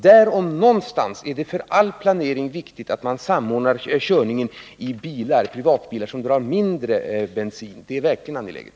Där om någonstans är det för all planering viktigt att man samordnar körning av privata bilar, som drar mindre bensin än bussarna. Det är verkligen angeläget.